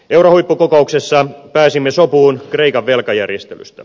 eurohuippukokouksessa pääsimme sopuun kreikan velkajärjestelystä